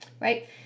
right